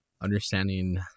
Understanding